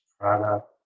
product